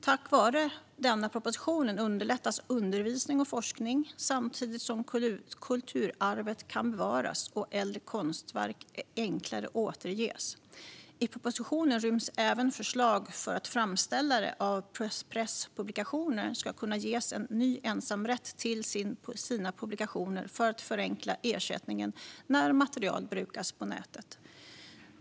Tack vare denna proposition underlättas undervisning och forskning, samtidigt som kulturarvet kan bevaras och äldre konstverk enklare återges. I propositionen ryms även förslag för att framställare av presspublikationer ska kunna ges ny ensamrätt till sina publikationer för att förenkla ersättningar när material brukas på nätet.